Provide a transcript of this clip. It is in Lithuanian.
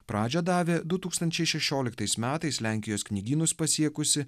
pradžią davė du tūkstančiai šešioliktais metais lenkijos knygynus pasiekusi